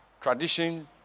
tradition